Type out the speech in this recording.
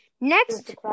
next